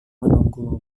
menunggu